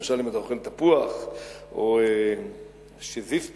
למשל, אם אתה אוכל תפוח או שזיף טוב,